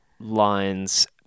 lines